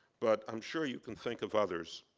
but i'm sure you can think of others.